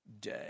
day